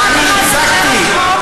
ואני, זה ברור.